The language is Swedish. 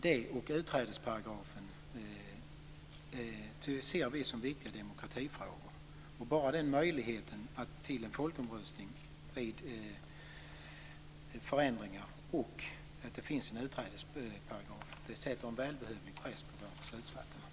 Det och utträdesparagrafen ser vi som viktiga demokratifrågor. Bara möjligheten till en folkomröstning vid förändringar, liksom att det finns en utträdesparagraf, sätter en välbehövlig press på våra beslutsfattare.